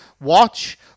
watch